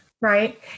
right